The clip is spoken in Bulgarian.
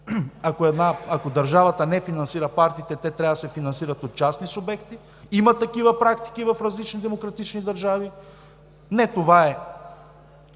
ако държавата не финансира партиите, те трябва да се финансират от частни субекти. Има такива практики в различни демократични държави. Не това е